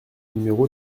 numéro